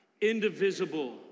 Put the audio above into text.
indivisible